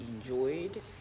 enjoyed